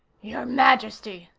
your majesty?